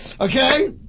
Okay